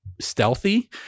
stealthy